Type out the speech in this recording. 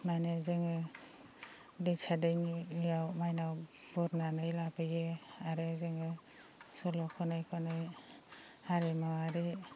माने जोङो दैसा दैयाव मायनाव बुरनानै लाबोयो आरो जोङो सल' खनै खनै हारिमुआरि